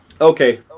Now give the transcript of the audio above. okay